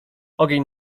ogień